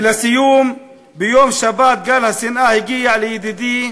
ולסיום, ביום שבת גל השנאה הגיע לידידי